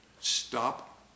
Stop